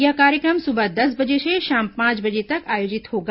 यह कार्यक्रम सुबह दस बजे से शाम पांच बजे तक आयोजित होगा